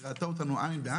שראתה אותנו עין בעין.